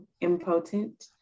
impotent